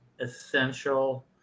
essential